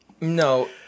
No